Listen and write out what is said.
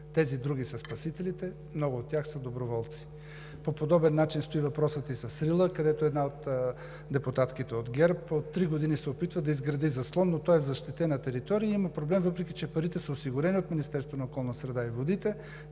Тези други са спасителите, много от тях са доброволци. По подобен начин стои въпросът и с Рила, където една от депутатките от ГЕРБ от три години се опитва да изгради заслон, но той е в защитена територия и има проблем. Въпреки че парите са осигурени от Министерството